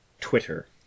Twitter